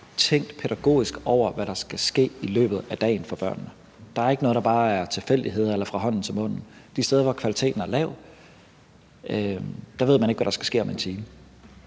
tænkt pædagogisk over, hvad der skal ske i løbet af dagen for børnene. Der er ikke noget, der bare er tilfældigheder eller fra hånden til munden. De steder, hvor kvaliteten er lav, ved man ikke, hvad der skal ske om en time.